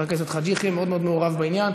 הכנסת חאג' יחיא מאוד מאוד מעורב בעניין.